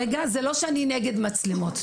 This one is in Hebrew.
זה לא שאני נגד מצלמות,